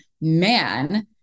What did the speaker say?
man